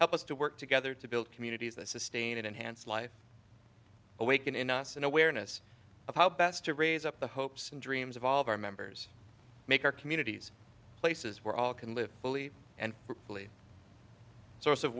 us to work together to build communities sustain it enhance life awaken in us an awareness of how best to raise up the hopes and dreams of all of our members make our communities places where all can live fully and fully source of